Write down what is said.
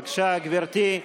בבקשה, גברתי.